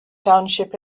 township